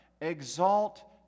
exalt